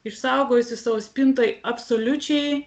išsaugojusi savo spintoj absoliučiai